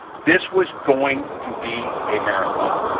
this was going to be a marathon.